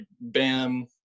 bam